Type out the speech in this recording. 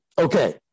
Okay